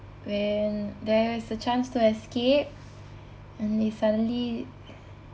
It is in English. when there's a chance to escape and they suddenly